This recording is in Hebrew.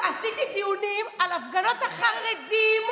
עשיתי דיונים על הפגנות החרדים.